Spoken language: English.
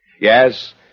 Yes